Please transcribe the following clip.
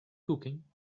cooking